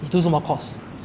你读什么 course